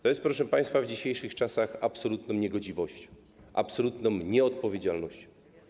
To jest, proszę państwa, w dzisiejszych czasach absolutną niegodziwością, absolutną nieodpowiedzialnością.